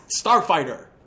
Starfighter